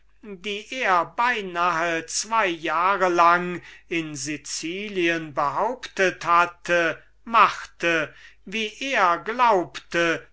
die stelle welche er beinahe zwei jahre lang in sicilien behauptet hatte machte wie er glaubte